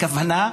הכוונה,